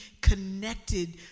connected